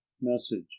message